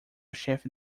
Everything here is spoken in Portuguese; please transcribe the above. chefe